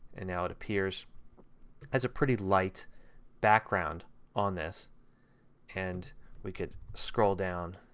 and now it appears as a pretty light background on this and we can scroll down